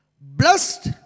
Blessed